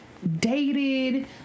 dated